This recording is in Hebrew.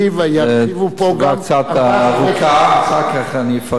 ירחיבו פה גם, אחר כך אני אפרט.